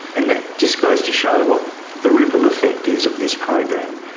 and that just goes to show what the ripple effect is of this program.